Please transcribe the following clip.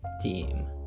team